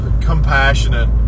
compassionate